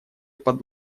под